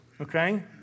okay